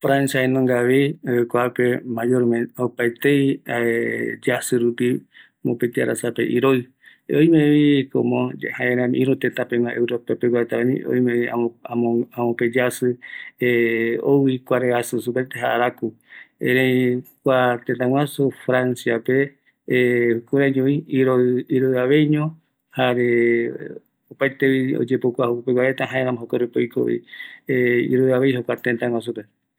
Kua Francia jaenunga vi, erei kuape opaetei yasi rupi mopeti arasape iroi, erei oime vi ipomoye, iru tetapegua europa peguareta vi oime amope yasi ouvi kuaraiasi supereta, erei kua tetaguasu Francia pe iroi aveño jare opaetevi oyepocua jokogui vaereta jaeramo jokoropi oikovi iruvavei jokua tetagua supe.